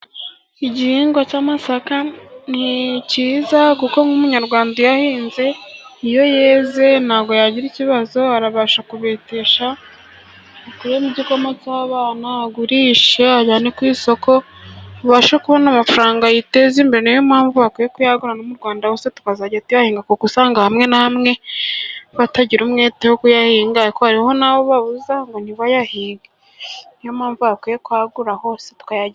Igihingwa cy'amasaka ni cyiza, kuko nk'Umunyarwanda uyahinze iyo yeze nta bwo yagira ikibazo, arabasha kubetesha akuremo igikoma cy'abana, agurishe, ajyane ku isoko, abashe kubona amafaranga yiteze imbere. Ni yo mpamvu bakwiye kuyagura no mu Rwanda hose tukazajya tuyahinga, kuko usanga hamwe na hamwe batagira umwete wo kuyahinga, kuko hariho abo babuza ngo ntibayahinge. Ni yo mpamvu bakwiye kwagura hose...